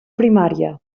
primària